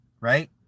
right